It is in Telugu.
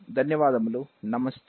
ధన్యవాదములు నమస్తే